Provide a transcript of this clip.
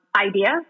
idea